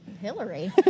hillary